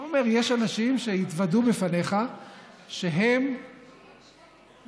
אתה אומר שיש אנשים שהתוודו בפניך שהם מעדיפים,